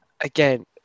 again